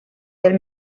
del